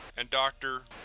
and dr.